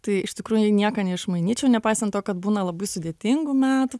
tai iš tikrųjų į nieką neišmainyčiau nepaisant to kad būna labai sudėtingų metų